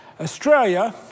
Australia